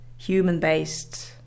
human-based